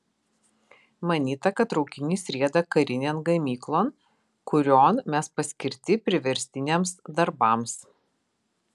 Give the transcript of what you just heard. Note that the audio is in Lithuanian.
manyta kad traukinys rieda karinėn gamyklon kurion mes paskirti priverstiniams darbams